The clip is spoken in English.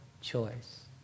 choice